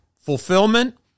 fulfillment